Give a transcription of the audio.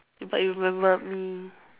you but remembered me